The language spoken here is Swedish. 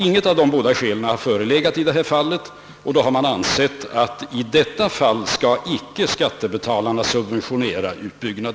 Intet av dessa båda skäl har i detta fall förelegat, och därför har det ansetts att skattebetalarna icke skall subventionera företagets utbyggnad.